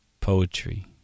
Poetry